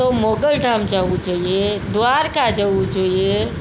તો મોઘલધામ જવું જોઈએ દ્વારકા જવું જોઈએ